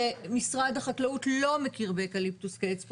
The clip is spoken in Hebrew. שמשרד החקלאות לא מכיר באקליפטוס כעץ פולש.